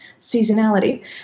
seasonality